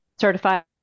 certified